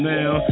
Now